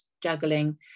juggling